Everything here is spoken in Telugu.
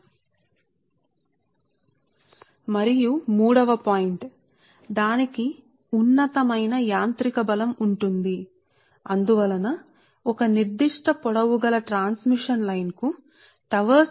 మరియు మూడవ బిందువు మరియు మూడవ బిందువు అది ఉన్నతమైన యాంత్రిక బలం ను కలిగి ఉంది మరియు అందువల్ల వ్యవధి చాలా ఎక్కువ దీని వలన ఒక నిర్దిష్ట పొడవైన ట్రాన్స్మిషన్ లైన్ కు తక్కువ మోతాదు లో సహకారం మరియు యాంత్రిక బలం లభిస్తుంది